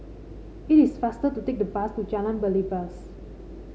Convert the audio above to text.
it is faster to take the bus to Jalan Belibas